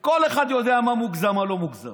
כל אחד יודע מה מוגזם, מה לא מוגזם.